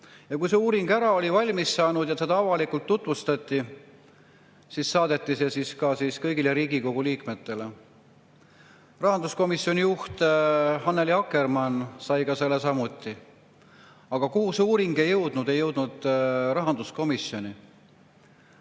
Kui see uuring oli valmis saanud ja seda avalikult tutvustati, siis saadeti see ka kõigile Riigikogu liikmetele. Rahanduskomisjoni juht Annely Akkermann sai selle samuti. Aga kuhu see uuring ei jõudnud? See ei jõudnud rahanduskomisjoni.